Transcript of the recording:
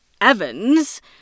Evans